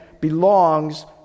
belongs